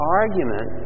argument